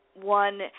one